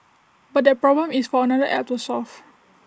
but that problem is for another app to solve